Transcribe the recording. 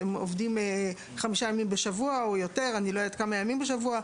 אלא עובדים חמישה או יותר ימים בשבוע.